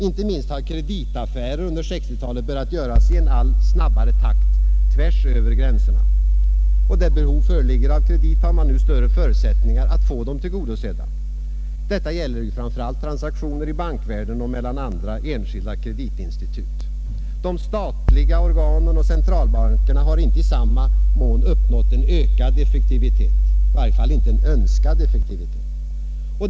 Inte minst har kreditaffärer under 1960-talet kunnat göras i allt snabbare takt tvärs över gränserna. Där behov av kredit föreligger har man nu bättre förutsättningar att få dem tillgodosedda. Detta gäller framför allt transaktioner i bankvärlden och mellan andra enskilda kreditinstitut. De statliga organen och centralbankerna har inte i samma mån nått en ökad effektivitet, i varje fall inte en önskad effektivitet.